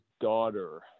daughter